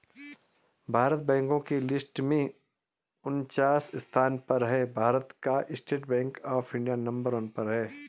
भारत बैंको की लिस्ट में उनन्चास स्थान पर है भारत का State Bank of India number one पर है